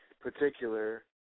particular